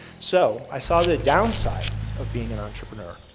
so, i saw the downside of being an entrepreneur.